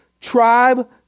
tribe